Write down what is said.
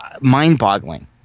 mind-boggling